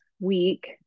week